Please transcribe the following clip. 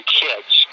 kids